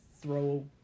throw